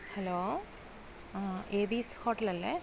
hello ആ ഏബീസ് hotel അല്ലേ